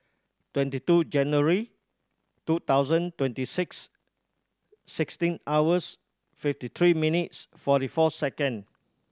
twenty two January two thousand twenty six sixteen hours fifty three minutes forty four second